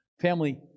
Family